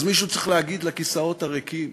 אז מישהו צריך להגיד לכיסאות הריקים